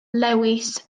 lewis